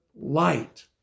light